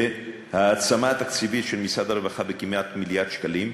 וההעצמה התקציבית של משרד הרווחה בכמעט מיליארד שקלים,